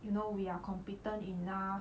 you know we are competent enough